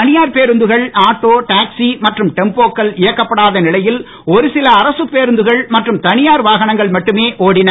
தனியார் பேருந்துகள் auto taxi மற்றும் டெம்போக்கள் இயக்கப்படாத நிலையில் ஒருசில அரசுப்பேருந்துகள் மற்றும் தனியார் வாகனங்கள் மட்டுமே ஒடின